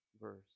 verse